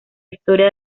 historia